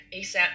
ASAP